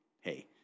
Hey